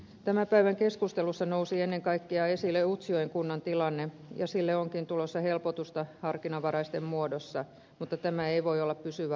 tämän päivän keskustelussa nousi ennen kaikkea esille utsjoen kunnan tilanne ja sille onkin tulossa helpotusta harkinnanvaraisten muodossa mutta tämä ei voi olla pysyvä ratkaisu